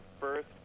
first